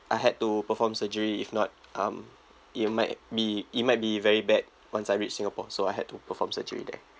I had to perform surgery if not um it might be it might be very bad once I reach singapore so I had to perform surgery there